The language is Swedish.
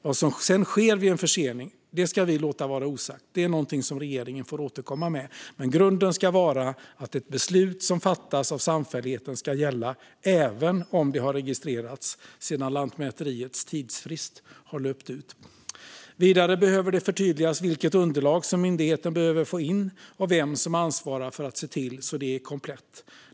Vad som sedan sker vid en försening ska vi låta vara osagt. Det är någonting som regeringen får återkomma med. Men grunden ska vara att ett beslut som fattas av samfälligheten ska gälla även om det har registrerats sedan Lantmäteriets tidsfrist har löpt ut. Vidare behöver det förtydligas vilket underlag som myndigheten behöver få in och vem som ansvarar för att se till att det är komplett.